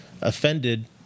offended